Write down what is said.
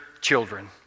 children